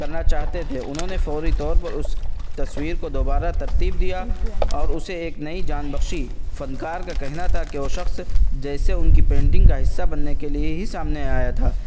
کرنا چاہتے تھے انہوں نے فوری طور پر اس تصویر کو دوبارہ ترتیب دیا اور اسے ایک نئی جان بخشی فنکار کا کہنا تھا کہ وہ شخص جیسے ان کی پینٹنگ کا حصہ بننے کے لیے ہی سامنے آیا تھا